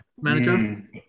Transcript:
manager